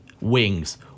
wings